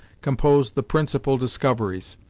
composed the principal discoveries.